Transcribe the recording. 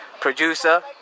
Producer